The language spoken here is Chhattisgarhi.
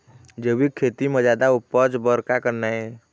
जैविक खेती म जादा उपज बर का करना ये?